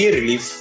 relief